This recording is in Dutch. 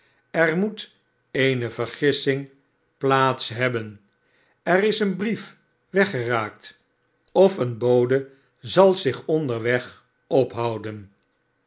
er moet eene vergissing plaats hebben er is een brief weggeraakt of een bode zal zich onderweg ophouden